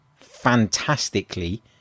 fantastically